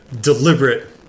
deliberate